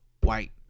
white